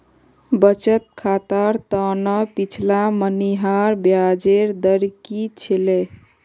बचत खातर त न पिछला महिनार ब्याजेर दर की छिले